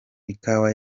ikawa